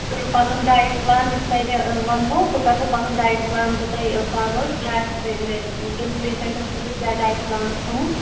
تہٕ پَنُن diet plan یُس تۄہہِ مےٚ وَنہو بہٕ کَرٕہو پَنُن ڈایِٹ پٕلان تہِ تۄہہِ فاروٲڈ کیٛاہ آسہِ تۄہہِ مےٚ کٔمِس پیشَنٛٹَس خٲطرٕ کیٛاہ ڈایٹ پلان چھُ تھوٚمُت